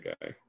guy